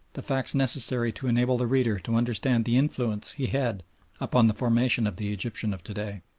the facts necessary to enable the reader to understand the influence he had upon the formation of the egyptian of to-day.